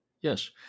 Yes